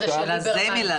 גם זה מילה לא מילה.